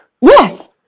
Yes